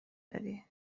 دادی